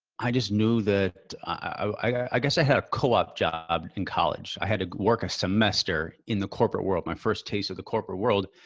i just knew that i guess i had a co-op job in college. i had to work a semester in the corporate world, my first taste of the corporate world.